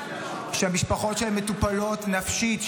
שהמשפחות שלהם מטופלות נפשית,